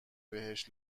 بهش